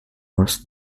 was